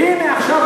והנה עכשיו,